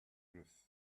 roof